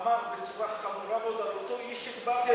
אמר בצורה חמורה על אותו איש שדיברתי עליו,